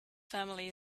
family